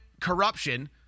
corruption